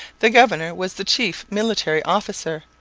the governor was the chief military officer,